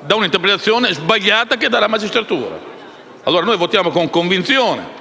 da una interpretazione sbagliata della magistratura. Quindi, noi votiamo con convinzione